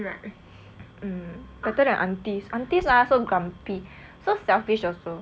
mm better than aunties aunties ah so grumpy so selfish also